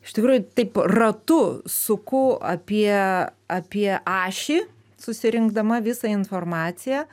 iš tikrųjų taip ratu suku apie apie ašį susirinkdama visą informaciją